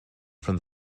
from